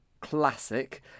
classic